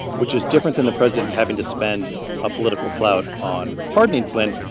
which is different than the president having to spend ah political clout on pardoning flynn.